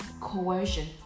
Coercion